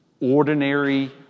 Ordinary